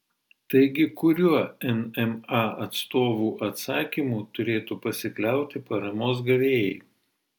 taigi kuriuo nma atstovų atsakymu turėtų pasikliauti paramos gavėjai